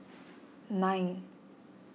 nine